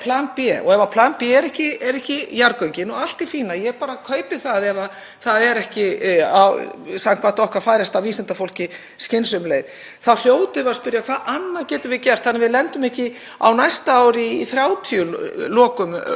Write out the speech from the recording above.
þá hljótum við að spyrja: Hvað annað getum við gert þannig að við lendum ekki á næsta ári í 30 lokunum á nokkrum vikum? Hvað annað er hægt að gera? Er hægt að breikka veginn? Er hægt að koma og setja vegskála á erfiðustu kaflana? Þetta er